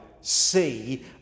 see